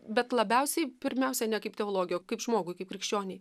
bet labiausiai pirmiausia ne kaip teologei o kaip žmogui kaip krikščionei